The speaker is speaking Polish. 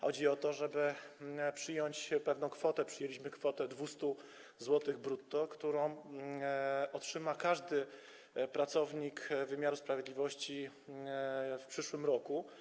Chodzi o to, żeby przyjąć pewną kwotę, przyjęliśmy kwotę 200 zł brutto, którą otrzyma każdy pracownik wymiaru sprawiedliwości w przyszłym roku.